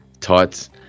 Tights